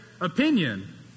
opinion